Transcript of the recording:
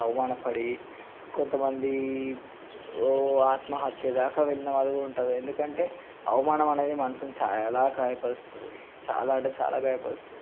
అవమానపడి కొంతమంది ఓ ఆత్మహత్యదాకా వెళ్ళినవాళ్ళు కూడుంటారు ఎందుకంటే అవమానం అనేది మనసుకి చాలా గాయపరుస్తుంది చాలా అంటే చాలా గాయపరుస్తుంది